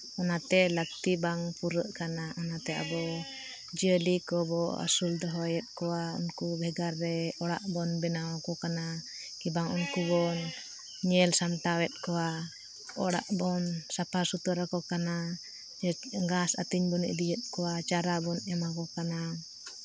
ᱚᱱᱟᱛᱮ ᱞᱟᱹᱠᱛᱤ ᱵᱟᱝ ᱯᱩᱨᱟᱹᱜ ᱠᱟᱱᱟ ᱚᱱᱟᱛᱮ ᱟᱵᱚ ᱡᱤᱭᱟᱹᱞᱤ ᱠᱚᱵᱚ ᱟᱹᱥᱩᱞ ᱫᱚᱦᱚᱭᱮᱫ ᱠᱚᱣᱟ ᱩᱱᱠᱩ ᱵᱷᱮᱜᱟᱨ ᱨᱮ ᱚᱲᱟᱜ ᱵᱚᱱ ᱵᱮᱱᱟᱣ ᱟᱠᱚ ᱠᱟᱱᱟ ᱜᱮ ᱵᱟᱝ ᱩᱱᱠᱩ ᱵᱚᱱ ᱧᱮᱞ ᱥᱟᱢᱴᱟᱣ ᱮᱜ ᱠᱚᱣᱟ ᱚᱲᱟᱜ ᱵᱚᱱ ᱥᱟᱯᱷᱟ ᱥᱩᱛᱚᱨ ᱠᱟᱜ ᱠᱟᱱᱟ ᱜᱷᱟᱥ ᱟᱹᱛᱤᱧ ᱵᱚᱱ ᱤᱫᱤᱭᱮᱫ ᱠᱚᱣᱟ ᱪᱟᱨᱟ ᱵᱚᱱ ᱮᱢᱟ ᱠᱚ ᱠᱟᱱᱟ